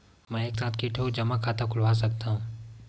मैं एक साथ के ठन जमा खाता खुलवाय सकथव?